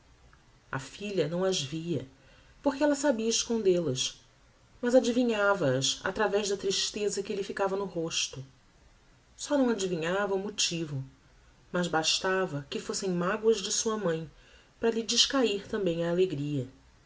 a filha não as via porque ella sabia escondel as mas advinhava as atravez da tristeza que lhe ficava no rosto só não adivinhava o motivo mas bastava que fossem maguas de sua mãe para lhe descair tambem a alegria